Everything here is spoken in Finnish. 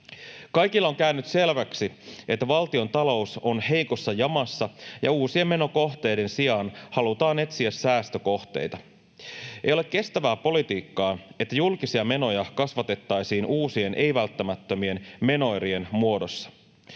Kaikille on käynyt selväksi, että valtiontalous on heikossa jamassa, ja uusien menokohteiden sijaan halutaan etsiä säästökohteita. Ei ole kestävää politiikkaa, että julkisia menoja kasvatettaisiin uusien ei-välttämättömien menoerien muodossa.